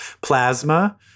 Plasma